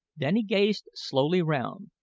then he gazed slowly round,